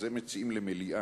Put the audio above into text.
אז הם מציעים למליאה.